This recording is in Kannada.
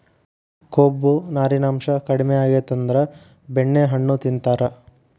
ಕೊಬ್ಬು, ನಾರಿನಾಂಶಾ ಕಡಿಮಿ ಆಗಿತ್ತಂದ್ರ ಬೆಣ್ಣೆಹಣ್ಣು ತಿಂತಾರ